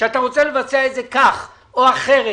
שאתה רוצה לבצע את זה כך או אחרת,